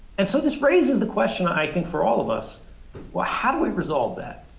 and so this raises the question i think for all of us well, how do we resolve that?